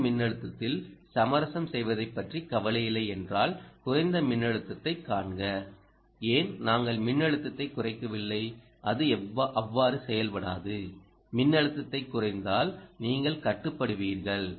குறைந்த மின்னழுத்தத்தில் சமரசம் செய்வதைப்பற்றி கவலையில்லை என்றால் குறைந்த மின்னழுத்தத்தைக் காண்க ஏன் நாங்கள் மின்னழுத்தத்தைக் குறைக்கவில்லை அது அவ்வாறு செயல்படாது மின்னழுத்தத்தைக் குறைத்தால் நீங்கள் கட்டுப்படுவீர்கள்